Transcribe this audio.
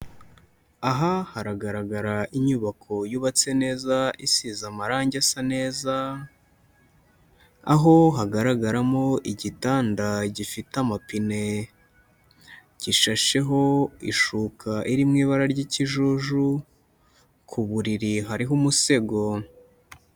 Aha haragaragara inyubako yubatse neza isize amarangi asa neza, aho hagaragaramo igitanda gifite amapine, gishasheho ishuka iri mu ibara ry'ikijuju, ku buriri hariho umusego.